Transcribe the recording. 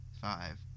Five